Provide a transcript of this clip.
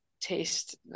taste